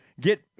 get